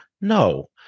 No